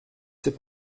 sais